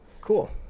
Cool